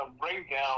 breakdown